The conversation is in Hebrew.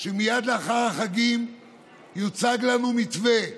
שמייד לאחר החגים יוצג לנו מתווה.